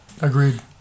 Agreed